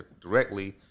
directly